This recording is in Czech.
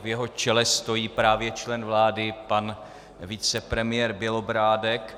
V jeho čele stojí právě člen vlády, pan vicepremiér Bělobrádek.